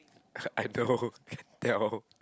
I know can tell